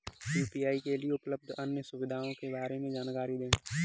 UPI के लिए उपलब्ध अन्य सुविधाओं के बारे में जानकारी दें?